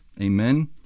Amen